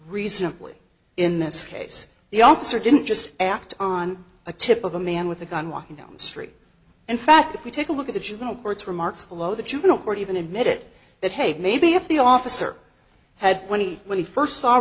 reasonably in this case the officer didn't just act on a tip of a man with a gun walking down the street in fact if we take a look at the juvenile courts remarks below the juvenile court even admitted that hey maybe if the officer had twenty when he first s